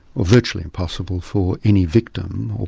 or virtually impossible, for any victim or